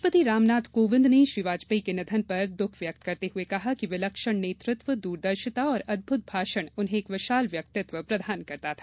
राष्ट्रपति रामनाथ कोविंद ने श्री वाजपेयी के निधन पर दुःख व्यक्त करते हुए कहा कि विलक्षण नैतृत्व दूरदर्शिता और अद्भुत भाषण उन्हें एक विशाल व्यक्तित्व प्रदान करता था